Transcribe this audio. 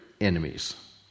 enemies